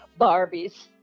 Barbies